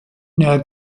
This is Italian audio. nella